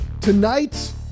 tonight